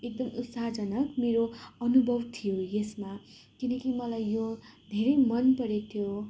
एकदम उत्साहजनक मेरो अनुभव थियो यसमा किनकि मलाई यो धेरै मनपरेको थियो